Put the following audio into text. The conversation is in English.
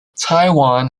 taiwan